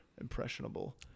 impressionable